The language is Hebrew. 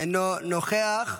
אינו נוכח.